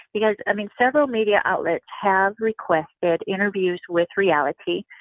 because several media outlets have requested interviews with reality,